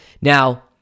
Now